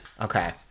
Okay